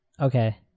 Okay